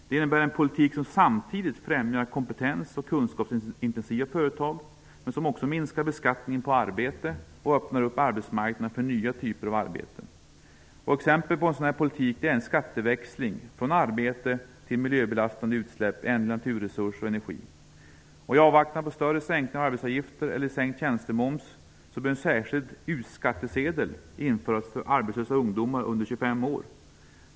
Det innebär en politik som samtidigt främjar kompetens och kunskapsintensiva företag, minskar beskattningen av arbete och öppnar arbetsmarknaden för nya typer av arbeten. Exempel på en sådan politik är en skatteväxling, från arbete till miljöbelastande utsläpp, ändliga naturresurser och energi. I avvaktan på större sänkningar av arbetsgivaravgifter eller sänkt tjänstemoms bör en särskild u-skattesedel införas för arbetslösa ungdomar under 25 år.